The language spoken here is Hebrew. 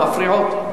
מפריעות.